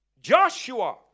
Joshua